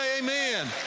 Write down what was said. amen